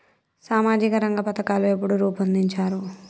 సామాజిక రంగ పథకాలు ఎప్పుడు రూపొందించారు?